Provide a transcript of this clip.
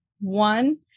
One